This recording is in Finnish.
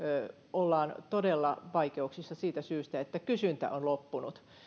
ollaan todella vaikeuksissa siitä syystä että kysyntä on loppunut